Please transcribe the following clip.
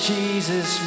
Jesus